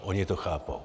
Oni to chápou.